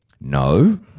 no